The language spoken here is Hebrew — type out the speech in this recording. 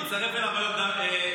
ומצטרף אליו היום גם אמסלם.